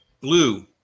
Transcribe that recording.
Blue